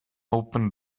open